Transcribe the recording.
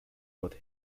both